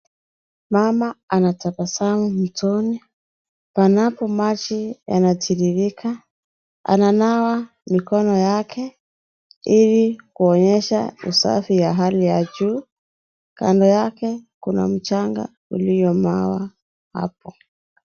Mama anatakasa mtoni, panapo maji yanatiririka . Ananawa mikono yake ili kuonyesha usafi ya hali ya juu . Kando yake kuna mchanga uliomwawa hapo .